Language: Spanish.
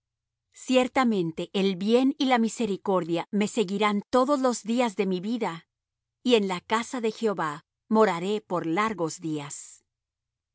ciertamente el bien y la misericordia me seguirán todos los días de mi vida y en la casa de jehová moraré por largos días